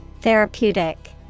Therapeutic